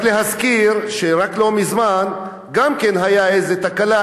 רק להזכיר שרק לא מזמן גם כן היתה איזה תקלה,